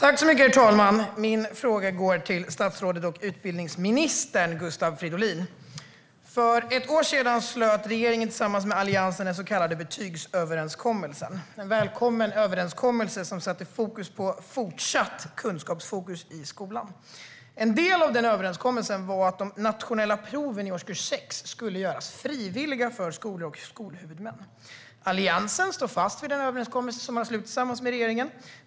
Herr talman! Min fråga går till utbildningsminister Gustav Fridolin. För ett år sedan slöt regeringen och Alliansen den så kallade betygsöverenskommelsen. Det var en välkommen överenskommelse som sätter fokus på fortsatt kunskapsfokus i skolan. En del av denna överenskommelse var att de nationella proven i årskurs 6 skulle göras frivilliga för skolor och skolhuvudmän. Alliansen står fast vid den överenskommelse som har slutits med regeringen.